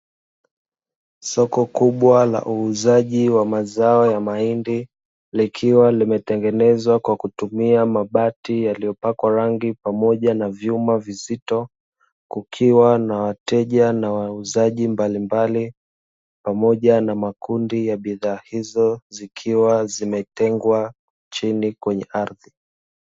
Soko kubwa la uuzaji wa mazao ya mahindi, likiwa limetengezwa kwa kutumia mabati yaliyopakwa rangi pamoja na vyuma vizito, kukiwa na wateja na wauzaji mbalimbali, pamoja na makundi ya bidhaa hizo, zikiwa zimetengwa chini kwenye aridhi.